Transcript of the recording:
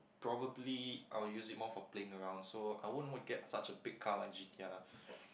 probably I will use it more for playing around so I won't whack it such a big car like G_T_R